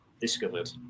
discovered